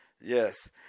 yes